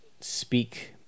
speak